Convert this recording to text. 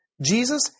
Jesus